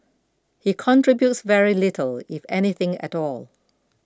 he contributes very little if anything at all